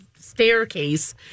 staircase